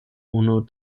unu